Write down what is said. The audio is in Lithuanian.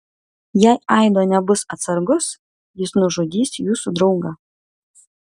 jei aido nebus atsargus jis nužudys jūsų draugą